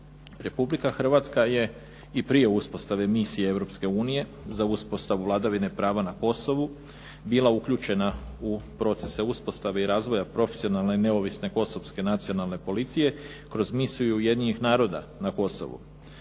Republika Hrvatska je i prije uspostave misije Europske unije za uspostavu vladavine prava na Kosovu bila uključena u procese uspostave i razvoja profesionalne i neovisne kosovske nacionalne policije kroz misiju Ujedinjenih naroda na Kosovu.